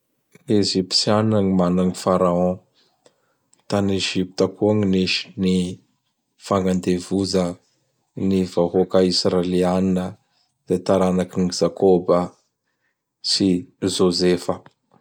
Egyptianina gn mana ny Pharaon. Tan' Egypta koa gn nisy ny fagnandevoza ny vahôka Israelianina zay taranak'i Jakôba sy Jôzefa.